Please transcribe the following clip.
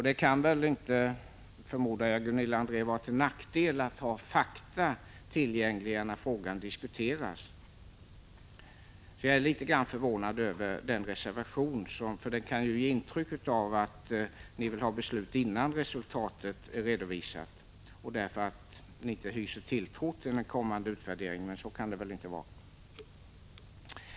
Det kan väl inte, Gunilla André, vara till nackdel att ha fakta tillgängliga när frågan diskuteras? Jag är som sagt litet förvånad över er reservation just för att den ger intryck av att ni vill ha beslut innan resultatet är redovisat därför att ni inte hyser tilltro till den kommande utvärderingens trovärdighet, men så kan det väl inte vara.